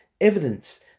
Evidence